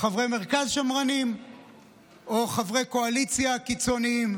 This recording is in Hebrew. חברי מרכז שמרנים או חברי הקואליציה קיצוניים,